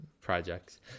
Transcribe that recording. projects